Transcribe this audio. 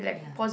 yeah